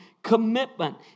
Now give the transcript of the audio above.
Commitment